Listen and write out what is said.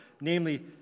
namely